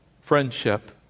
friendship